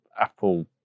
Apple